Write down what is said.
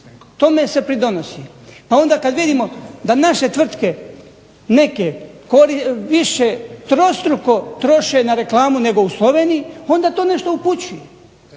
Tome se pridonosi. Pa onda kada vidimo da naše neke tvrtke više trostruko troše na reklamu nego u Sloveniji onda to nešto upućuje.